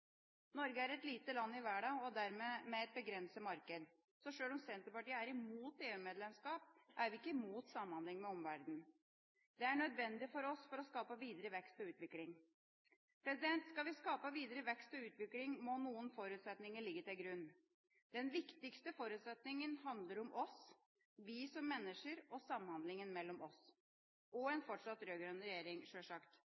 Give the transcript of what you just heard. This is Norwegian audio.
Norge er et lite land i verden og har dermed et begrenset marked. Sjøl om Senterpartiet er mot EU-medlemskap, er vi ikke mot samhandling med omverdenen. Det er nødvendig for oss for å skape videre vekst og utvikling. Skal vi skape videre vekst og utvikling, må noen forutsetninger ligge til grunn. Den viktigste forutsetninga handler om oss – vi som mennesker – og samhandlinga mellom oss og